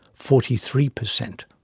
forty three per cent.